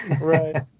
right